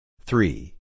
Three